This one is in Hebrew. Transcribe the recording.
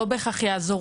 לא בהכרח יעזור